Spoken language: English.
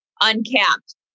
uncapped